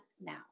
now